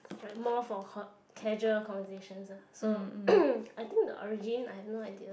more for he~ casual conversation eh so I think the origin I have no idea